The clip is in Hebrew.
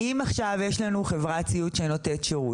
אם עכשיו יש לנו חברת סיעוד שנותנת סיעוד,